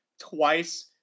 twice